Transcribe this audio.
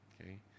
okay